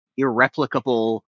irreplicable